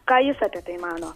ką jis apie tai mano